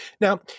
Now